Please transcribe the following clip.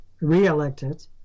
re-elected